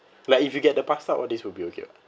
like if you get the pasta all this will be okay what